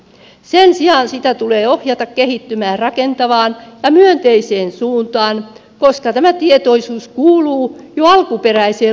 sen sijaan sitä tulee ohjata kehittymään rakentavaan ja myönteiseen suuntaan koska se kuuluu jo alkuperäiseen luomisjärjestykseen